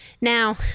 now